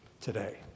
today